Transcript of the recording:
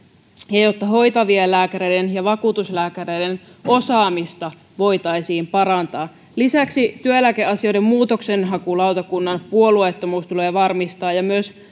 ja jotta hoitavien lääkäreiden ja vakuutuslääkäreiden osaamista voitaisiin parantaa lisäksi työeläkeasioiden muutoksenhakulautakunnan puolueettomuus tulee varmistaa ja myös